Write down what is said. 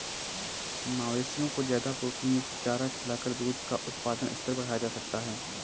मवेशियों को ज्यादा प्रोटीनयुक्त चारा खिलाकर दूध का उत्पादन स्तर बढ़ाया जा सकता है